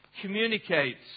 communicates